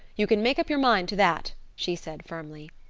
you can make up your mind to that, she said firmly.